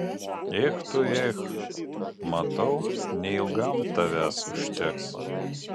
ech tu ech matau neilgam tavęs užteks